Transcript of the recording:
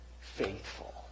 faithful